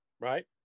Right